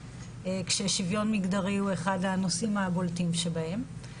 כאשר שוויון מגדרי הוא אחד הנושאים הבולטים שבהם.